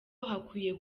hakwiye